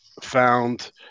found